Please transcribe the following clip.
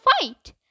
fight